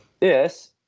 Yes